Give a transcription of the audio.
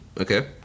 Okay